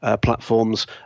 platforms